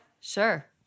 sure